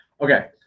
Okay